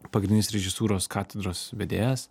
pagrindinės režisūros katedros vedėjas